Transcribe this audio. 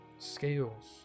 Scales